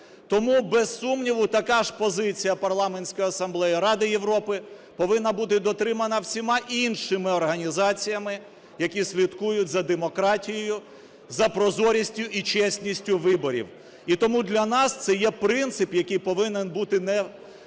Тому, без сумніву, така ж позиція Парламентської асамблеї Ради Європи повинна бути дотримана всіма іншими організаціями, які слідкують за демократією, за прозорістю і чесністю виборів. І тому для нас це є принцип, який повинен бути такий,